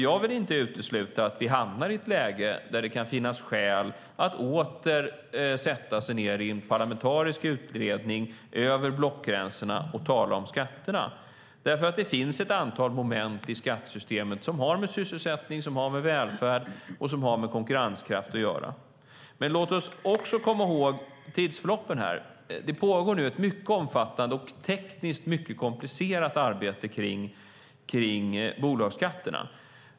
Jag vill inte utesluta att vi hamnar i ett läge där det kan finnas skäl att åter sätta sig i en parlamentarisk utredning över blockgränserna och tala om skatterna. Det finns ett antal moment i skattesystemet som har med sysselsättning, välfärd och konkurrenskraft att göra. Låt oss också komma ihåg tidsförloppen. Det pågår nu ett omfattande och tekniskt mycket komplicerat arbete som gäller bolagsskatterna.